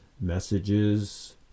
Messages